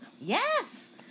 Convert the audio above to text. Yes